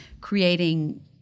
creating